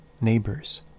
neighbors